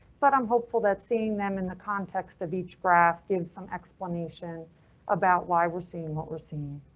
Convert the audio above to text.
but i'm hopeful that seeing them in the context of each graph gives some. explanation about why we're seeing what we're seeing.